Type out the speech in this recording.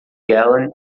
gallen